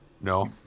No